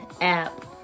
app